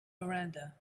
miranda